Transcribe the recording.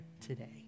today